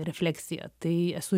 refleksija tai esu